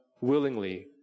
willingly